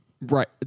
right